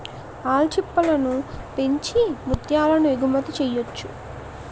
ఆల్చిప్పలను పెంచి ముత్యాలను ఎగుమతి చెయ్యొచ్చు